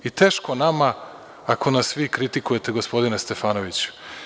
Teško nama ako nas vi kritikujete, gospodine Stefanoviću.